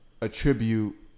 attribute